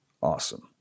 Awesome